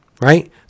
right